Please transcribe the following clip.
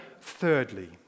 thirdly